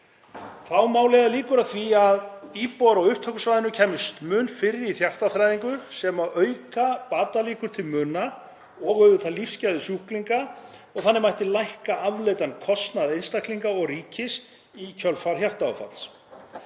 Þá má leiða líkur að því að íbúar á upptökusvæði kæmust mun fyrr í hjartaþræðingu sem auka batalíkur til muna og auðvitað lífsgæði sjúklinga og þannig mætti lækka afleiddan kostnað einstaklinga og ríkis í kjölfar hjartaáfalls.